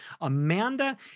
Amanda